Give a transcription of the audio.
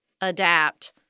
adapt